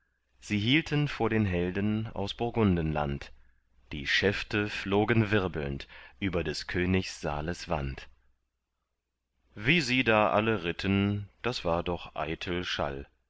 sie hielten vor den helden aus burgundenland die schäfte flogen wirbelnd über des königssaales wand wie sie da alle ritten das war doch eitel schall